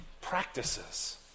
practices